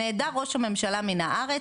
נעדר ראש הממשלה מן הארץ,